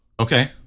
okay